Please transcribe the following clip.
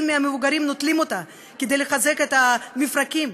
מהמבוגרים נוטלים כדי לחזק את המפרקים,